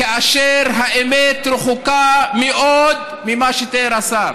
כאשר האמת רחוקה מאוד ממה שתיאר השר.